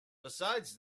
besides